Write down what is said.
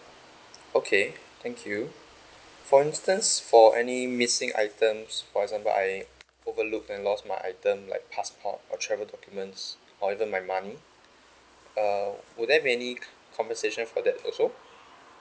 okay thank you for instance for or any missing items for example I overlooked and lost my item like passport or travel documents or even my money uh will there be any compensation for that also